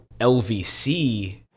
LVC